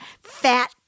fat